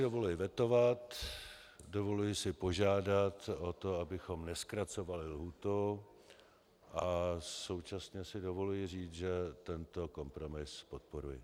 Dovoluji si vetovat, dovoluji si požádat o to, abychom nezkracovali lhůtu, a současně si dovoluji říct, že tento kompromis podporuji.